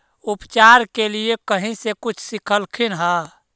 उपचार के लीये कहीं से कुछ सिखलखिन हा?